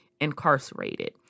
incarcerated